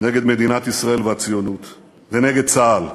נגד מדינת ישראל והציונות ונגד צה"ל.